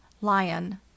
Lion